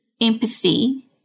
empathy